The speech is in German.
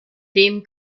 dem